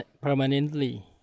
permanently